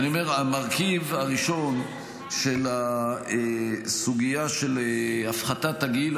אני אומר: המרכיב הראשון של הסוגיה של הפחתת הגיל,